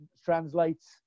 translates